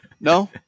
No